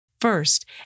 First